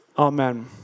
Amen